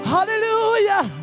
Hallelujah